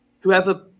whoever